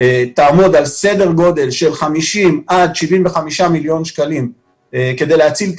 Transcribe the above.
תעמוד על סדר גודל של 50 עד 75 מיליון שקלים כדי להציל את